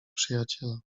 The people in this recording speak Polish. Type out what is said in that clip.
przyjaciela